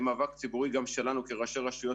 יהיה גם מאבק ציבורי שלנו כראשי רשויות